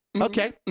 Okay